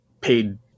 paid